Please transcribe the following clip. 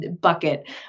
bucket